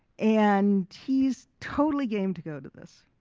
and he's totally game to go to this.